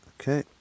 okay